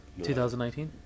2019